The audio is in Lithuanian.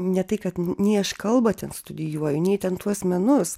ne tai kad nei aš kalbą ten studijuoju nei ten tuos menus